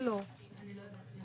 נגעתי בדברים.